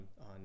on